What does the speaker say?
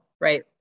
right